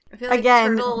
Again